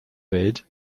welt